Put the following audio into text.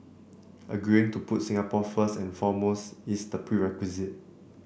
agreeing to put Singapore first and foremost is the prerequisite